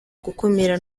gukumira